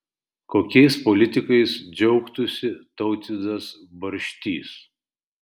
kokiais politikais džiaugtųsi tautvydas barštys